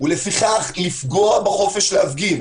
ולפיכך לפגוע בחופש להפגין.